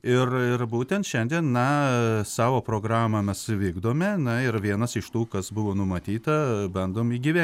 ir būtent šiandien na savo programą mes vykdome na ir vienas iš tų kas buvo numatyta bandomi gyvi